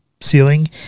ceiling